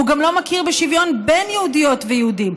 הוא גם לא מכיר בשוויון בין יהודיות ויהודים.